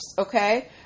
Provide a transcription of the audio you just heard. Okay